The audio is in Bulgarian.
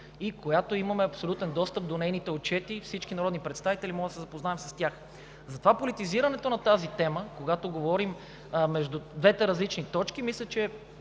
до която имаме абсолютен достъп – до нейните отчети, всички народни представители можем да се запознаем с тях. Затова политизирането на тази тема, когато говорим между двете различни точки, мисля, че